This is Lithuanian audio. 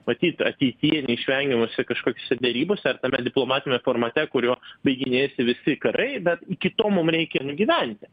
matyt ateityje neišvengiamose kažkokiose derybose ar tame diplomatiniame formate kuriuo baiginėjasi visi karai bet iki to mum reikia nugyventi